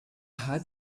hat